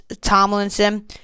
Tomlinson